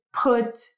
put